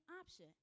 option